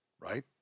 right